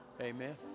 Amen